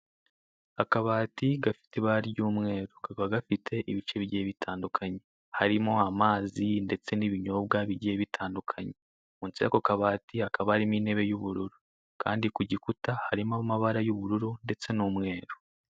Akabati gafite ibara ry'umweru, kakaba gafite ibice bigiye bitandukanye. Harimo amazi ndetse n'ibinyobwa bigiye bitandukanye. Munsi y'ako kabati hakaba harimo intebe y'ubururu, kandi ku gikuta harimo amabara y'ubururu ndetse n'umweru.